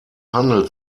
handelt